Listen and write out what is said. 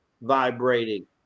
vibrating